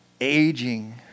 aging